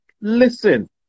Listen